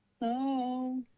No